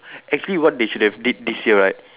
actually what they should have did this year right